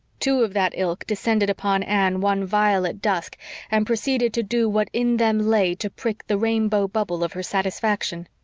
two of that ilk descended upon anne one violet dusk and proceeded to do what in them lay to prick the rainbow bubble of her satisfaction.